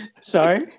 Sorry